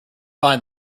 find